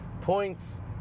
points